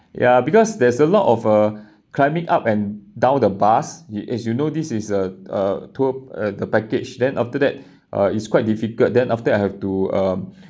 ya because there's a lot of uh climbing up and down the bus as you know this is a a tour uh the package then after that uh it's quite difficult then after I have to um